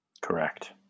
Correct